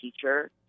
teacher